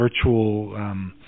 virtual –